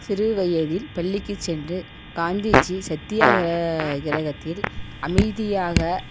சிறு வயதில் பள்ளிக்கு சென்று காந்தி ஜி சத்யாகிரகத்தில் அமைதியாக